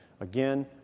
Again